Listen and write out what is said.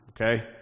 Okay